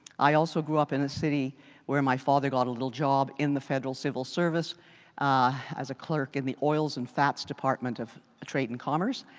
i also grew up in a city where my father got a little job in the federal civil service as a clerk in the oils and fats department of trade and commerce